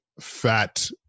fat